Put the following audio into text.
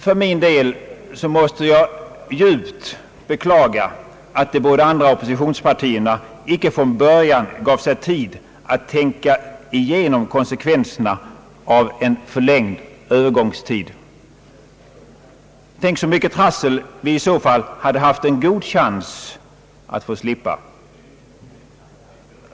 För min del måste jag djupt beklaga att de båda andra oppositionspartierna icke från början gav sig tid att tänka igenom konsekvenserna av en förlängd övergångstid. Tänk så mycket trassel vi i så fall hade haft en god chans att få slippa!